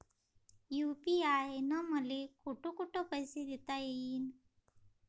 UPI न मले कोठ कोठ पैसे देता येईन?